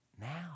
now